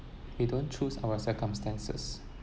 we don't choose our circumstances